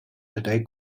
today